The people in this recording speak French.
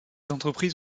entreprises